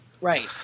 right